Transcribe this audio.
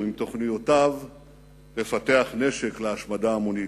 עם תוכניותיו לפתח נשק להשמדה המונית.